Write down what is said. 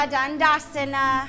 Dandasana